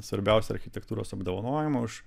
svarbiausią architektūros apdovanojimą už